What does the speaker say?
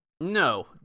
No